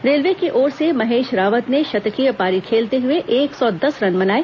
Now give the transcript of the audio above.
railway की ओर से महेश रावत ने शतकीय पारी खेलते हुए एक सौ दस रन बनाए